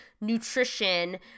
nutrition